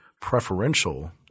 preferential